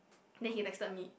then he texted me